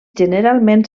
generalment